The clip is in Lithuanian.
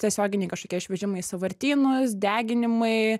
tiesioginiai kažkokie išvežimai į sąvartynus deginimai